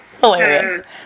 hilarious